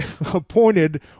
appointed